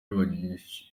bari